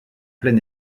plein